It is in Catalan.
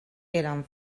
eren